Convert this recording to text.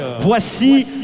Voici